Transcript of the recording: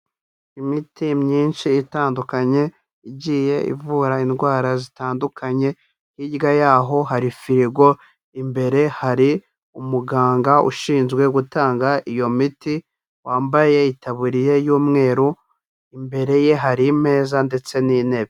Imiti myinshi itandukanye igiye ivura indwara zitandukanye, hirya y'aho hari firigo, imbere hari umuganga ushinzwe gutanga iyo miti wambaye itaburiya y'umweru, imbere ye hari imeza ndetse n'intebe.